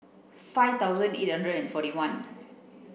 five thousand eight hundred forty one